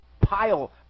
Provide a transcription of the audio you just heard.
pile